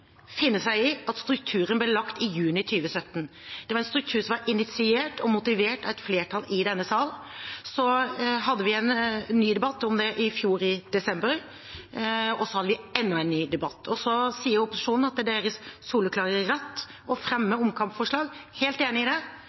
finne seg i at strukturen ble lagt i juni 2017. Det var en struktur som var initiert og motivert av et flertall i denne sal. Vi hadde en ny debatt om det i fjor i desember, og så hadde vi enda en ny debatt. Opposisjonen sier at det er deres soleklare rett å fremme omkampforslag. Jeg er helt enig i det.